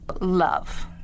Love